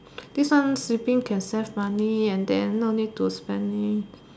this one sleeping can save money and then no need to spend